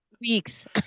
weeks